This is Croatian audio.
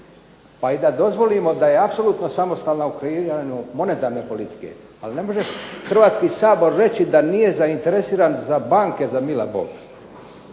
Pa i da dozvolimo da je apsolutno samostalna monetarne politike ali ne može Hrvatski sabor reći da nije zainteresiran za banke za miloga Boga.